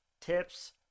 tips